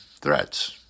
threats